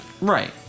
Right